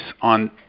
on